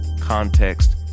context